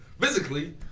physically